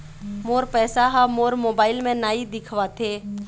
मोर पैसा ह मोर मोबाइल में नाई दिखावथे